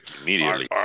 Immediately